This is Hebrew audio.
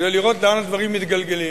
כדי לראות לאן הדברים מתגלגלים: